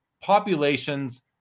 populations